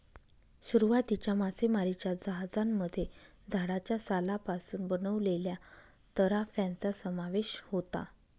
सुरुवातीच्या मासेमारीच्या जहाजांमध्ये झाडाच्या सालापासून बनवलेल्या तराफ्यांचा समावेश होता